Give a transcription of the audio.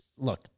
Look